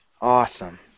Awesome